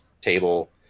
table